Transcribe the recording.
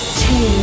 two